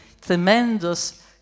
tremendous